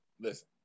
listen